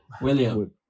William